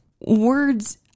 words